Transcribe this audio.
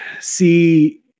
see